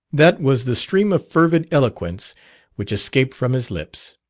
that was the stream of fervid eloquence which escaped from his lips.